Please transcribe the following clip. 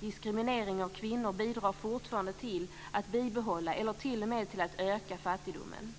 Diskriminering av kvinnor bidrar fortfarande till att bibehålla eller till och med öka fattigdomen.